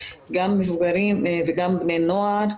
גם מבוגרים וגם בני נוער,